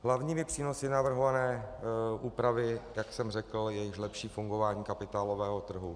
Hlavními přínosy navrhované úpravy, jak jsem řekl, je lepší fungování kapitálového trhu.